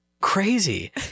Crazy